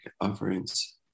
offerings